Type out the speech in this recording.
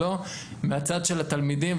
לא מהצד של התלמידים,